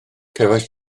cefais